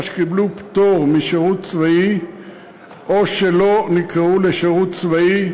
שקיבלו פטור משירות צבאי או שלא נקראו לשירות צבאי.